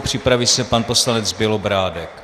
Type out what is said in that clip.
Připraví se pan poslanec Bělobrádek.